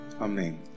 Amen